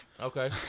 Okay